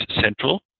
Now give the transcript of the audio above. central